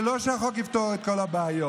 ולא שהחוק יפתור את כל הבעיות.